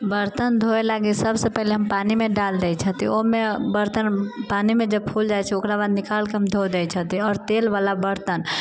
बर्तन धोय लागी सबसँ पहिले हम पानिमे डालि दै छथि ओमे बर्तन पानिमे जब फुल जाइ छै ओकरा बाद निकालके हम धो दै छथि आओर तेलवला बर्तन